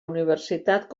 universitat